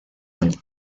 del